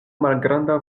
malgranda